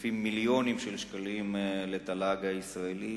מוסיפים מיליונים של שקלים לתל"ג הישראלי,